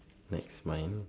next mine